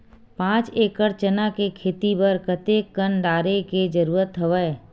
पांच एकड़ चना के खेती बर कते कन डाले के जरूरत हवय?